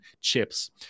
chips